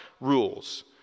rules